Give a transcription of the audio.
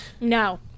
No